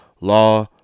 Law